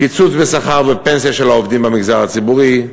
קיצוץ בשכר ובפנסיה של העובדים במגזר הציבורי.